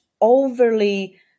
overly